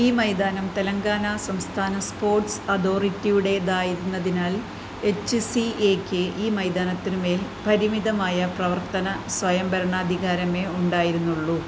ഈ മൈതാനം തെലങ്കാന സംസ്ഥാന സ്പോർട്സ് അതോറിറ്റിയുടേതായിരുന്നതിനാല് എച്ച് എസ് സി എയ്ക്ക് ഈ മൈതാനത്തിന് മേൽ പരിമിതമായ പ്രവർത്തന സ്വയംഭരണാധികാരമേ ഉണ്ടായിരുന്നുള്ളൂ